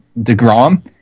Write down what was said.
DeGrom